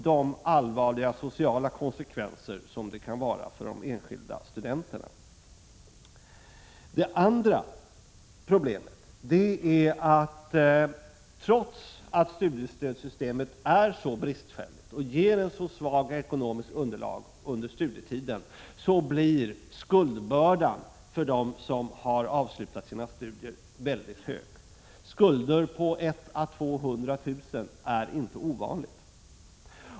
Den andra huvuddelen av krisen är att skuldbördan för dem som avslutat sina studier blir mycket tung, trots att studiemedelssystemet är så bristfälligt och ger så svagt ekonomiskt underlag under studietiden. Skulder på 100 000 å 200 000 kr. är inte något ovanligt.